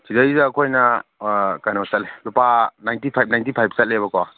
ꯁꯤꯗꯩꯁꯤꯗ ꯑꯩꯈꯣꯏꯅ ꯀꯩꯅꯣ ꯆꯜꯂꯦ ꯂꯨꯄꯥ ꯅꯥꯏꯟꯇꯤ ꯐꯥꯏꯚ ꯅꯥꯏꯟꯇꯤ ꯐꯥꯏꯚ ꯆꯠꯂꯦꯕꯀꯣ